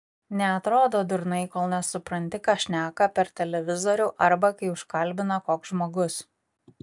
neatrodo durnai kol nesupranti ką šneka per televizorių arba kai užkalbina koks žmogus